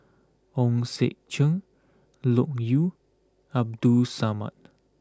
Hong Sek Chern Loke Yew Abdul Samad